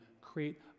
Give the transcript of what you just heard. create